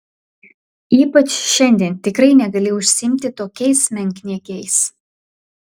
ypač šiandien tikrai negali užsiimti tokiais menkniekiais